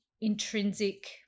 intrinsic